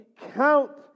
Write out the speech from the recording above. count